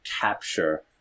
capture